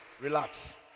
relax